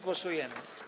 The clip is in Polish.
Głosujemy.